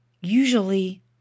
Usually